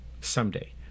someday